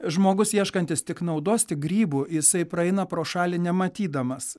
žmogus ieškantis tik naudos tik grybų jisai praeina pro šalį nematydamas